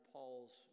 Paul's